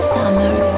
Summer